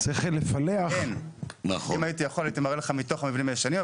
אם הייתי יכול הייתי מראה לכם את הפילוח מתוך המבנים הישנים,